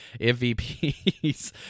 MVPs